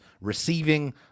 receiving